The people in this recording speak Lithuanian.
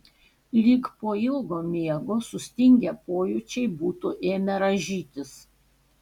lyg po ilgo miego sustingę pojūčiai būtų ėmę rąžytis